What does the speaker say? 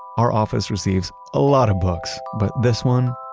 our office receives a lot of books, but this one,